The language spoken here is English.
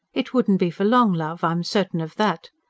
it wouldn't be for long, love, i'm certain of that.